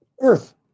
Earth